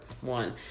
one